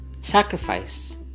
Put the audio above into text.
sacrifice